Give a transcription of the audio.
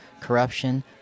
corruption